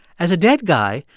as a dead guy,